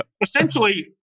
essentially